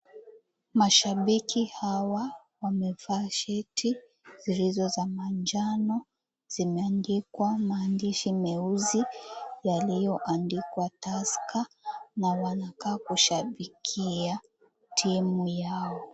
Mashabiki hawa wamevaa sheti, zilizo za manjano. Zimeandikwa maandishi meusi, yliyoandikwa Tusker. Na wanakaa kushabikia timu yao.